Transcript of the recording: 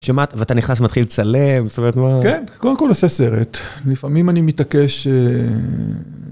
שמעת ואתה נכנס ומתחיל לצלם, בסדר? כן, קודם כל עושה סרט. לפעמים אני מתעקש...